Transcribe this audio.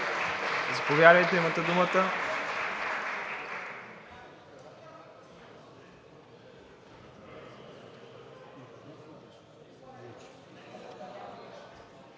Заповядайте, имате думата.